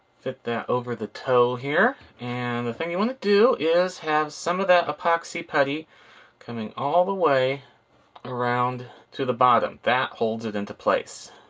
fit that over the toe here, and the thing you want to do is have some of that epoxy putty coming all the way around to the bottom. that holds it and in place.